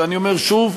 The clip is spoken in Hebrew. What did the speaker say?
ואני אומר שוב,